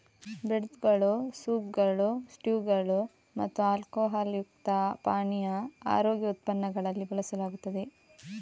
ಬ್ರೆಡ್ದುಗಳು, ಸೂಪ್ಗಳು, ಸ್ಟ್ಯೂಗಳು ಮತ್ತು ಆಲ್ಕೊಹಾಲ್ ಯುಕ್ತ ಪಾನೀಯ ಆರೋಗ್ಯ ಉತ್ಪನ್ನಗಳಲ್ಲಿ ಬಳಸಲಾಗುತ್ತದೆ